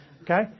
okay